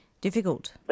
difficult